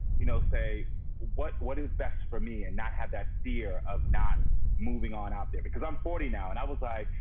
you know, say what what is best for me and not have that fear of not moving on out there because i'm forty now. and i was like,